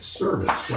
service